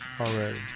already